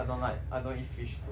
I don't like I don't eat fish soup